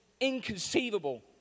inconceivable